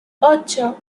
ocho